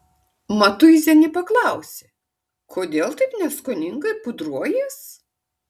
matuizienė paklausė kodėl taip neskoningai pudruojies